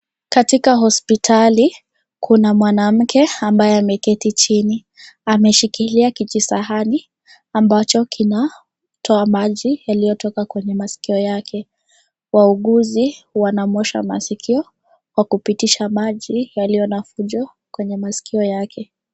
Katika hospitali kuna mwanamke ambaye ameketi chini, ameshikilia kijisahani ambacho kina toa maji yaliyo toka kwenye masikio yake wauguzi wanamuosha masikio kwa kupitisha maji yaliyo na fujo kwenye masikio yake.